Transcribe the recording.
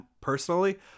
personally